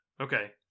okay